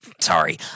sorry